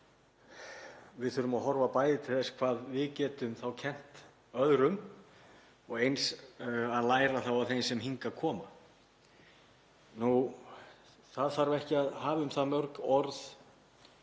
Við þurfum að horfa bæði til þess hvað við getum kennt öðrum og að læra af þeim sem hingað koma. Það þarf ekki að hafa um það mörg orð